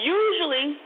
usually